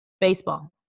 Baseball